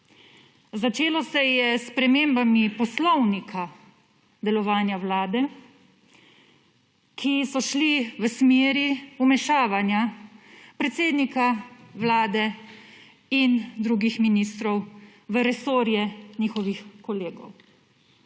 Začelo se je s spremembami poslovnika delovanja Vlade, ki so šli v smeri vmešavanja predsednika vlade in drugih ministrov v resorje njihovih kolegov.